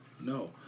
No